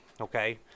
okay